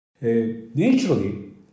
Naturally